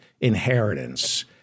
inheritance